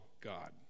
god